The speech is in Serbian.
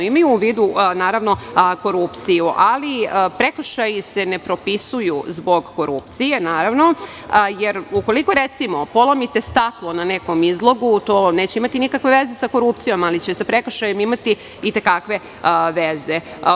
Imaju u vidu korupciju, ali prekršaji se ne propisuju zbog korupcije jer ukoliko recimo polomite staklo na nekom izlogu, to neće imati nikakve veze sa korupcijom, ali će sa prekršajem imati i te kakve veze.